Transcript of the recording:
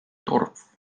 dorf